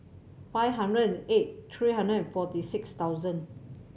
five hundred and eight three hundred and forty six thousand